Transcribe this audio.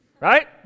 right